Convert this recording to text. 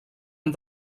han